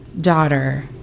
daughter